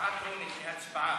הצעה טרומית להצבעה,